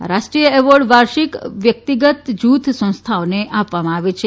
આ રાષ્ટ્રીય એવોર્ડ વાર્ષિક વ્યક્તિગત જૂથ સંસ્થાઓને આપવામાં આવે છે